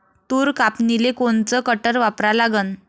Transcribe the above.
तूर कापनीले कोनचं कटर वापरा लागन?